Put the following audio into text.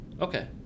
Okay